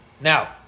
Now